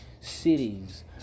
cities